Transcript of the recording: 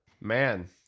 Man